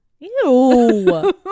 ew